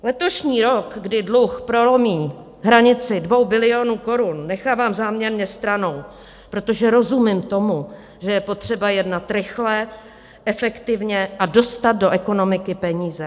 Letošní rok, kdy dluh prolomí hranici 2 bilionů korun, nechávám záměrně stranou, protože rozumím tomu, že je potřeba jednat rychle, efektivně a dostat do ekonomiky peníze.